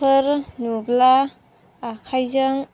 फोर नुब्ला आखाइजों